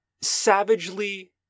savagely